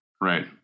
Right